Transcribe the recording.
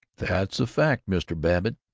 that's a fact, mr. babbitt.